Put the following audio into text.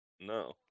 No